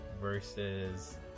versus